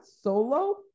solo